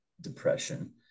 depression